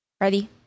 Ready